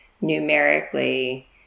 numerically